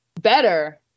better